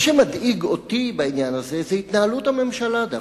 מה שמדאיג אותי בעניין הזה זה התנהלות הממשלה דווקא.